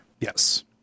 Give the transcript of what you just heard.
Yes